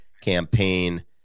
campaign